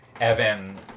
Evan